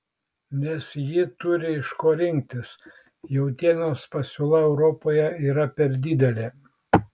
nes ji turi iš ko rinktis jautienos pasiūla europoje yra per didelė